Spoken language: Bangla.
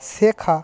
শেখা